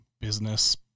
business